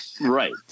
Right